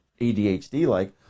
ADHD-like